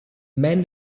meant